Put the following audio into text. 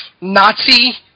Nazi